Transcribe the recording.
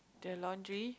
the laundry